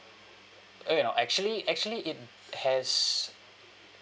oh no actually actually it has